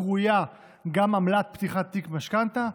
הקרויה גם עמלת פתיחת תיק משכנתה,